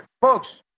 folks